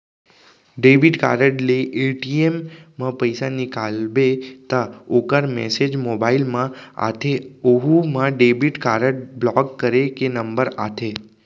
debit card ले ATM म पइसा निकालबे त ओकर मेसेज मोबाइल म आथे ओहू म डेबिट कारड ब्लाक करे के नंबर आथे